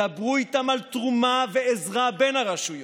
דברו איתם על תרומה ועזרה בין הרשויות.